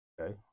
Okay